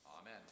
Amen